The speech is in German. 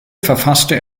verfasste